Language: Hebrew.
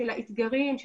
אני יודע שהדברים האלה,